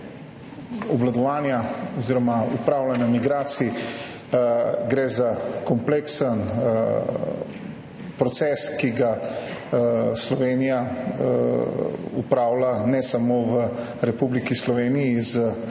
obvladovanja oziroma upravljanja migracij, gre za kompleksen proces, ki ga Slovenija upravlja ne samo v Republiki Sloveniji z izravnalnimi